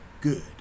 good